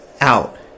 out